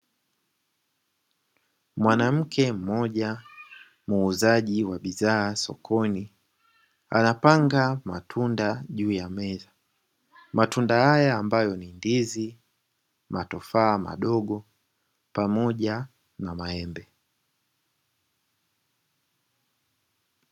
Mwanamke mmoja muuzaji wa bidhaa sokoni anapanga matunda juu ya meza. Matunda haya ambayo ni ndizi, matufaa madogo pamoja na maembe.